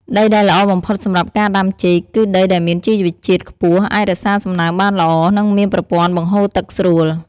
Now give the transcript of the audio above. ដីដែលល្អបំផុតសម្រាប់ការដាំចេក គឺដីដែលមានជីវជាតិខ្ពស់ អាចរក្សាសំណើមបានល្អ និងមានប្រព័ន្ធបង្ហូរទឹកស្រួល។